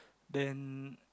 then